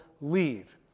leave